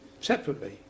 separately